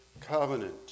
covenant